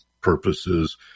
purposes